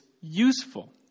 useful